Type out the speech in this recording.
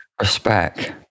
Respect